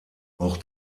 auch